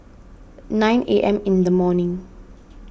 nine A M in the morning